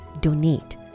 DONATE